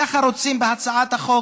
ככה רוצים בהצעת החוק.